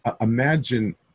Imagine